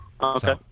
Okay